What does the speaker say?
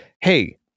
hey